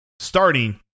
starting